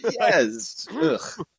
Yes